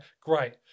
great